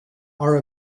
are